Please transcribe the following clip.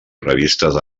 revistes